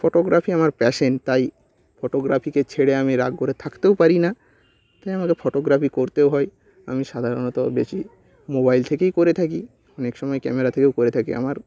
photography আমার passion তাই ফটোগ্রাফিকে ছেড়ে আমি রাগ করে থাকতেও পারি না তাই আমাকে ফটোগ্রাফি করতেও হয় আমি সাধারণত বেশি মোবাইল থেকেই করে থাকি অনেক সময় ক্যামেরা থেকেও করে থাকি আমার